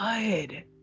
good